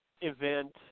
event